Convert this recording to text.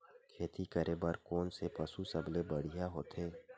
खेती करे बर कोन से पशु सबले बढ़िया होथे?